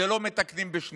את זה לא מתקנים בשנייה.